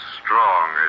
strong